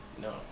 No